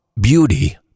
beauty